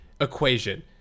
equation